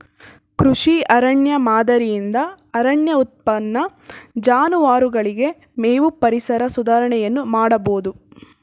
ಕೃಷಿ ಅರಣ್ಯ ಮಾದರಿಯಿಂದ ಅರಣ್ಯ ಉತ್ಪನ್ನ, ಜಾನುವಾರುಗಳಿಗೆ ಮೇವು, ಪರಿಸರ ಸುಧಾರಣೆಯನ್ನು ಮಾಡಬೋದು